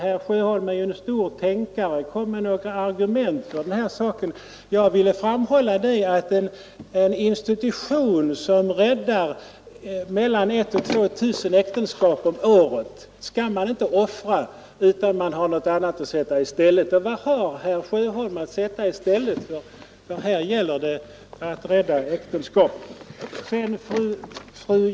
Men herr Sjöholm är ju en stor tänkare, så kom själv med några argument, herr Sjöholm, för detta. Jag vill framhålla att en institution som räddar mellan 1 000 och 2 000 äktenskap om året skall man inte offra utan att ha någonting att sätta i stället. Och vad har herr Sjöholm att sätta i stället? Här gäller det att rädda äktenskap.